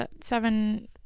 seven